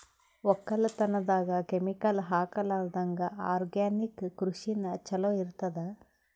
ಒಕ್ಕಲತನದಾಗ ಕೆಮಿಕಲ್ ಹಾಕಲಾರದಂಗ ಆರ್ಗ್ಯಾನಿಕ್ ಕೃಷಿನ ಚಲೋ ಇರತದ